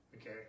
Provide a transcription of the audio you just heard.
Okay